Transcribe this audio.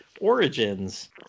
Origins